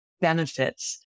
benefits